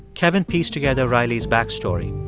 kevin pieced together riley's backstory